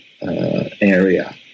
area